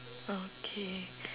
okay